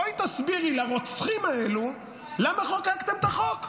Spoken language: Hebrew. בואי תסבירי לרוצחים האלה למה חוקקתם את החוק.